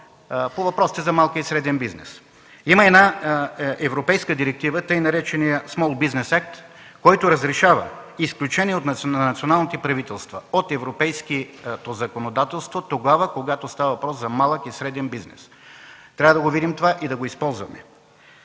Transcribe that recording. По въпросите за малкия и средния бизнес има една европейска директива – така наречения „Small Business Act“, който разрешава на националните правителства изключения от европейското законодателство, когато става въпрос за малък и среден бизнес. Трябва да видим това и да го използваме.